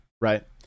right